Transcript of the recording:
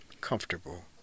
comfortable